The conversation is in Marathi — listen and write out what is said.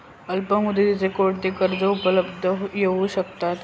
अल्पमुदतीचे कोणते कर्ज उपलब्ध होऊ शकते?